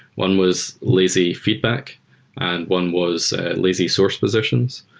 one was lazy feedback and one was lazy source positions.